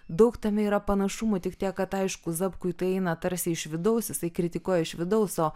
daug tame yra panašumų tik tiek kad aišku zapkui tai eina tarsi iš vidaus jisai kritikuoja iš vidaus o